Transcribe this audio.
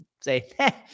say